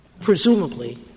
presumably